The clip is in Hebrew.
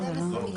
נכון?